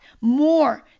more